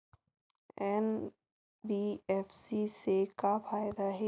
NBFC से का फ़ायदा हे?